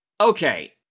Okay